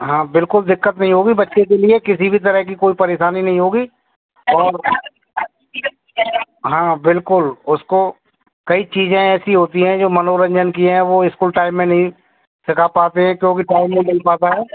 हाँ बिल्कुल दिक्कत नहीं होगी बच्चे के लिए किसी भी तरह की कोई परेशानी नहीं होगी और हाँ बिल्कुल उसको कई चीज़ें ऐसी होती हैं जो मनोरंजन की हैं वह स्कूल टाइम में नहीं सीखा पाते हैं क्योंकि टाइम नहीं मिल पाता है